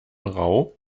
rau